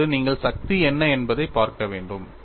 இப்போது நீங்கள் சக்தி என்ன என்பதைப் பார்க்க வேண்டும்